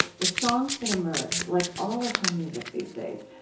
the songs that emerged, like all of her music these days,